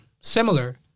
similar